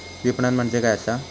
विपणन म्हणजे काय असा?